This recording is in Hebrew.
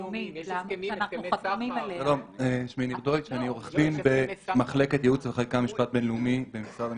אני עורך דין במחלקת ייעוץ וחקיקה משפט בינלאומי במשרד המשפטים.